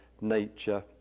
nature